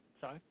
sorry